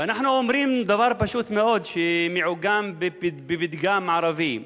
ואנחנו אומרים דבר פשוט מאוד, שמעוגן בפתגם ערבי: